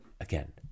Again